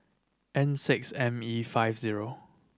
N six M E five zero